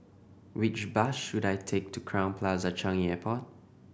which bus should I take to Crowne Plaza Changi Airport